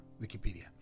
Wikipedia